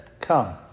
Come